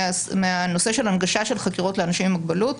מהנושא של הנגשה של חקירות לאנשים עם מוגבלות.